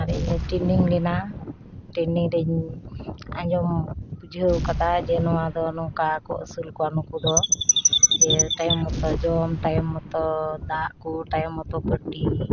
ᱟᱨ ᱤᱧᱫᱚᱧ ᱴᱮᱱᱤᱝ ᱞᱮᱱᱟ ᱴᱮᱱᱤᱝᱨᱮᱧ ᱟᱸᱡᱚᱢ ᱵᱩᱡᱷᱟᱹᱣ ᱠᱟᱫᱟ ᱡᱮ ᱱᱚᱣᱟᱫᱚ ᱱᱚᱝᱠᱟ ᱠᱚ ᱟᱹᱥᱩᱞ ᱠᱚᱣᱟ ᱱᱩᱠᱩᱫᱚ ᱡᱮ ᱴᱟᱭᱮᱢ ᱢᱚᱛᱚ ᱡᱚᱢ ᱴᱟᱭᱮᱢ ᱢᱚᱛᱚ ᱫᱟᱜ ᱠᱚ ᱴᱟᱭᱮᱢ ᱢᱚᱛᱚ ᱯᱟᱹᱴᱤ